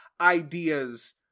ideas